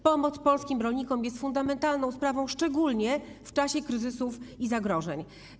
Pomoc polskim rolnikom jest fundamentalną sprawą, szczególnie w czasie kryzysów i zagrożeń.